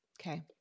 Okay